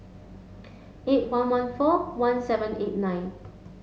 eight one one four one seven eight nine